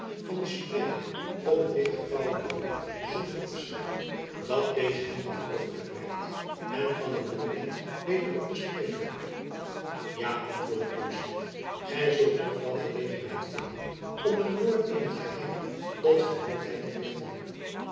van den spreker op het dichtgevouwen biljet zonder opschrift dat deze hem had overgereikt en van het biljet weder op den spreker ja antwoordde thomson gy zult toch wel gelegenheid vinden om een woord in t geheim tot zijn hoogheid te richten